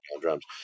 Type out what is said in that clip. drums